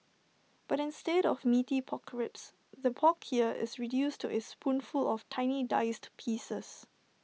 but instead of Meaty Pork Ribs the pork here is reduced to A spoonful of tiny diced pieces